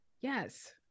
Yes